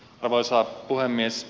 arvoisa puhemies